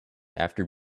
after